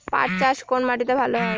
পাট চাষ কোন মাটিতে ভালো হয়?